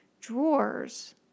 drawers